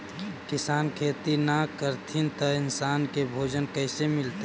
किसान खेती न करथिन त इन्सान के भोजन कइसे मिलतइ?